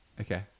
Okay